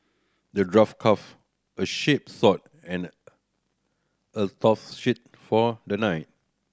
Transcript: the dwarf crafted a sharp sword and a tough shield for the knight